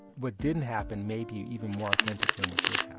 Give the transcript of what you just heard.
what didn't happen may be even more authentic than what did